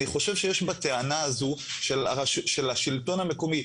אני חושב שיש בטענה הזו של השלטון המקומי,